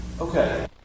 Okay